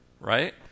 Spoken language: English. right